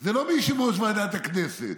זה לא יושב-ראש ועדת הכנסת,